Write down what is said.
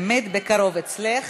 באמת בקרוב אצלך.